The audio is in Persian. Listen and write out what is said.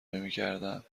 نمیکردم